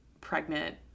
pregnant